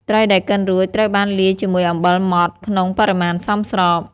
ត្រីដែលកិនរួចត្រូវបានលាយជាមួយអំបិលម៉ត់ក្នុងបរិមាណសមស្រប។